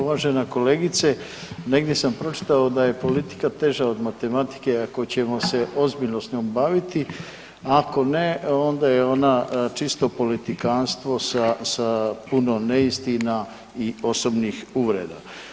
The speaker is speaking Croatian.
Uvažena kolegice, negdje sam pročitao da je politika teža od matematike ako ćemo se ozbiljno s njom baviti, ako ne onda je ona čisto politikanstvo sa, sa puno neistina i osobnih uvreda.